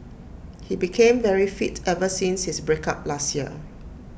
he became very fit ever since his break up last year